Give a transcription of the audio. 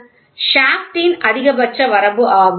shaft ன் அதிகபட்ச வரம்பு ஆகும்